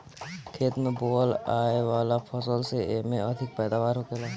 खेत में बोअल आए वाला फसल से एमे अधिक पैदावार होखेला